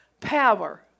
power